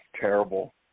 terrible